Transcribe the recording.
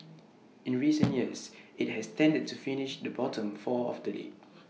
in recent years IT has tended to finish the bottom four of the league